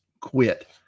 quit